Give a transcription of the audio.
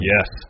Yes